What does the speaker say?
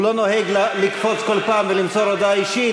הוא לא נוהג לקפוץ כל פעם ולמסור הודעה אישית,